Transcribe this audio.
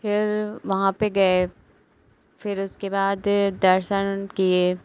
फिर वहाँ पर गए फिर उसके बाद दर्शन उन किए